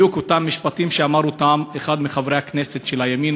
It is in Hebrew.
בדיוק אותם משפטים שאמר אחד מחברי הכנסת של הימין